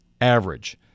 average